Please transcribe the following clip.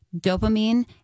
dopamine